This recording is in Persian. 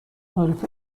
تاریخ